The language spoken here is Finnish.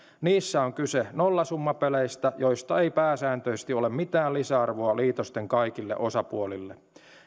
niissä on kyse nollasummapeleistä joista ei pääsääntöisesti ole mitään lisäarvoa liitosten kaikille osapuolille